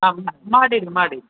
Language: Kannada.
ಹಾಂ ಮಾಡಿಡಿ ಮಾಡಿ